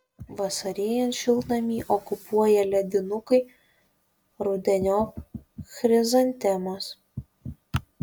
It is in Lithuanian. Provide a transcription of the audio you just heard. vasarėjant šiltnamį okupuoja ledinukai rudeniop chrizantemos